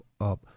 up